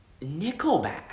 Nickelback